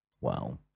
Wow